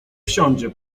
wsiądzie